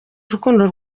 urukundo